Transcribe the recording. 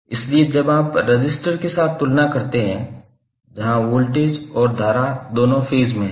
इसलिए जब आप रजिस्टर के साथ तुलना करते हैं जहां वोल्टेज और धारा दोनों फेज़ में हैं